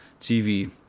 TV